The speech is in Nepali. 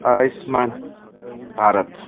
आयुष्मान भारत